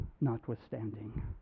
notwithstanding